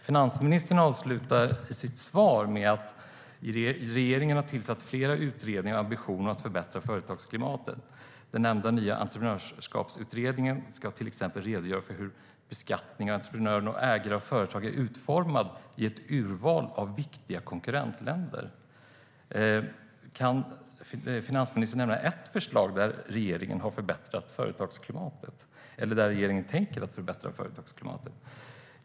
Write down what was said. Finansministern avslutar sitt svar med att säga: "Regeringen har tillsatt flera utredningar med ambitionen att förbättra företagsklimatet. Den nämnda nya entreprenörskapsutredningen ska till exempel redogöra för hur beskattningen av entreprenörer och ägare av företag är utformad i ett urval av viktiga konkurrentländer." Kan finansministern nämna ett förslag där regeringen tänker förbättra företagsklimatet?